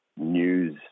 news